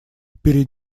перед